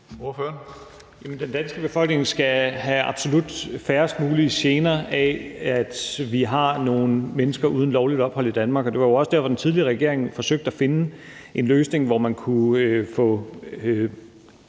Den danske befolkning skal have absolut færrest mulige gener af, at vi har nogle mennesker uden lovligt ophold i Danmark. Det var jo også derfor, den tidligere regering forsøgte at finde en løsning, hvor man kunne få